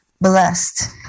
blessed